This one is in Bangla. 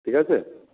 ঠিক আছে